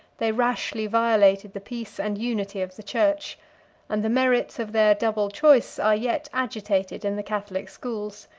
they rashly violated the peace and unity of the church and the merits of their double choice are yet agitated in the catholic schools.